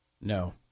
No